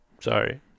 Sorry